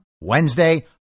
Wednesday